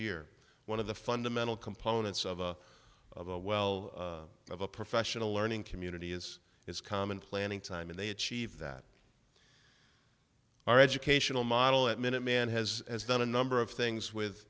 year one of the fundamental components of a well of a professional learning community is its common planning time and they achieve that our educational model that minuteman has done a number of things with